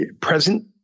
present